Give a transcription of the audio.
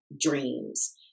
dreams